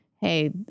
hey